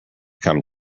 come